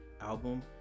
album